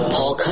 Paul